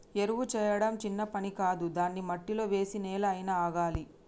ఎరువు చేయడం చిన్న పని కాదు దాన్ని మట్టిలో వేసి నెల అయినా ఆగాలి